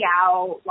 out